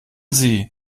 sie